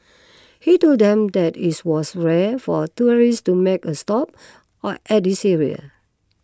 he told them that it's was rare for tourists to make a stop or at this area